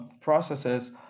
processes